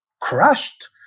crushed